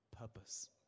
purpose